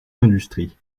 industrie